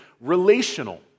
relational